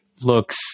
looks